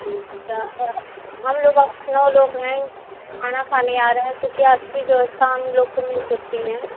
अच्छा हम लोग नौ लोग हैं खाना खाने आ रहे हैं तो क्या अच्छी व्यवस्था हम लोग को मिल सकती है